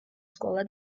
სკოლა